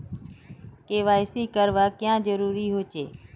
KYC करना क्याँ जरुरी होचे?